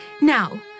Now